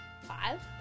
Five